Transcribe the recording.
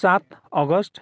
सात अगस्त